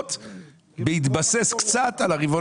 להכנסות בהתבסס קצת על הרבעון